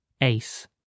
Ace